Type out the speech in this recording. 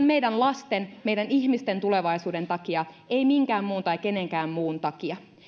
meidän lasten meidän ihmisten tulevaisuuden takia ei minkään muun tai kenenkään muun takia